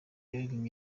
yaririmbye